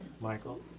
Michael